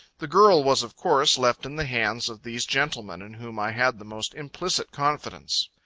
the girl was of course left in the hands of these gentlemen, in whom i had the most implicit confidence.